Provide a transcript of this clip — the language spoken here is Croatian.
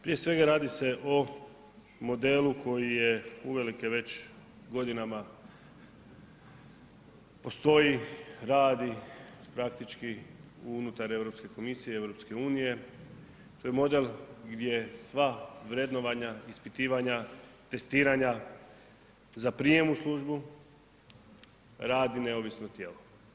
Prije svega radi se o modelu koji je uvelike već godinama postoji, radi, praktički unutar Europske komisije, EU, to je model gdje sva vrednovanja, ispitivanja, testiranja, za prijem u službu, radi neovisno tijelo.